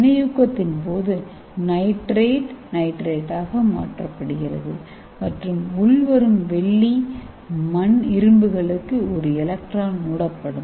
வினையூக்கத்தின் போது நைட்ரேட் நைட்ரேட்டாக மாற்றப்படுகிறது மற்றும் உள்வரும் வெள்ளி மண் இரும்புகளுக்கு ஒரு எலக்ட்ரான் மூடப்படும்